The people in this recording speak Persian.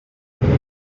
بود